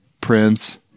prince